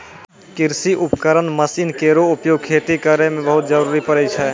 कृषि उपकरण मसीन केरो उपयोग खेती करै मे बहुत जरूरी परै छै